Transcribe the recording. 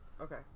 okay